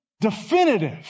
definitive